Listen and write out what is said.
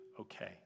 okay